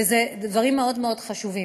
ואלה דברים מאוד מאוד חשובים.